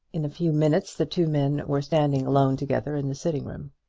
in a few minutes the two men were standing alone together in the sitting-room.